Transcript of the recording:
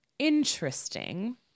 interesting